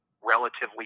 relatively